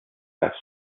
test